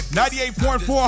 98.4